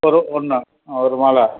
ஒரு ஒன்று ஆ ஒரு மாலை